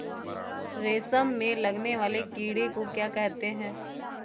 रेशम में लगने वाले कीड़े को क्या कहते हैं?